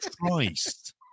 Christ